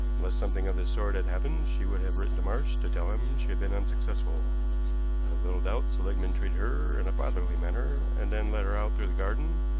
unless something of this sort had happened she would have written to marsh to tell him she had been unsuccessful. i have little doubt seligmann treated her in a fatherly manner, and then let her out through the garden,